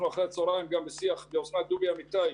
אנחנו אחרי הצוהריים גם בשיח, --- דובי אמיתי,